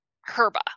Herba